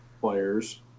Players